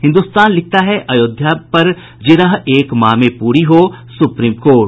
हिन्दुस्तान लिखता है अयोध्या पर जिरह एक माह में पूरी हो सूप्रीम कोर्ट